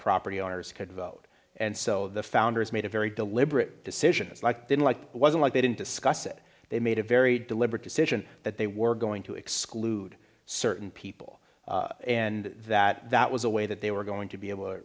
property owners could vote and so the founders made a very deliberate decision didn't like it wasn't like they didn't discuss it they made a very deliberate decision that they were going to exclude certain people and that that was a way that they were going to be able to